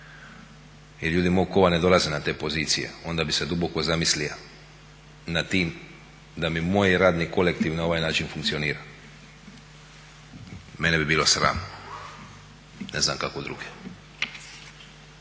jer ljudi mog kova ne dolaze na te pozicije, onda bi se duboko zamislija nad tim da mi moj radni kolektiv na ovaj način funkcionira. Mene bi bilo sram, ne znam kako druge.